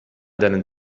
deinen